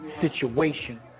situation